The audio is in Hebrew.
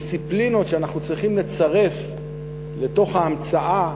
הדיסציפלינות שאנחנו צריכים לצרף לתוך ההמצאה,